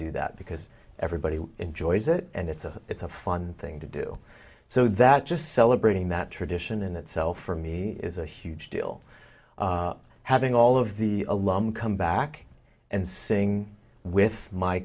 do that because everybody enjoys it and it's a it's a fun thing to do so that just celebrating that tradition in itself for me is a huge deal having all of the alum come back and sing with my